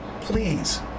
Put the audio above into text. please